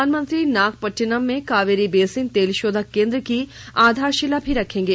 प्रधानमंत्री नागपट्टिनम में कावेरी बेसिन तेलशोधक केन्द्र की आधारशिला भी रखेंगे